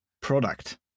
product